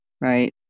right